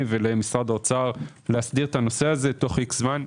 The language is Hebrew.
ולמשרד האוצר להסדיר את הנושא הזה תוך איקס זמן.